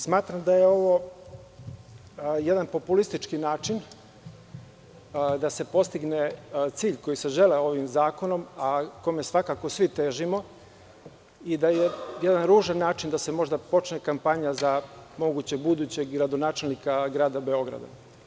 Smatram da je ovo jedan populistički način da se postigne cilj koji se želeo ovim zakonom, a kome svakako svi težimo i da je jedan ružan način da se možda počne kampanja za mogućeg budućeg gradonačelnika Grada Beograda.